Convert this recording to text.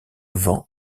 vent